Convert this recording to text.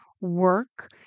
work